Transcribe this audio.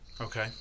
Okay